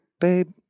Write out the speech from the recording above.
Babe